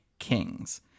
Kings